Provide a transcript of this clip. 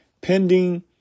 pending